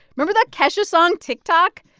remember that kesha song tik tok?